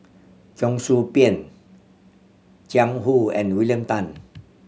Cheong Soo Pieng Jiang Hu and William Tan